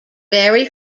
very